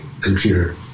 computer